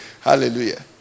Hallelujah